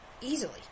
easily